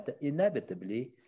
inevitably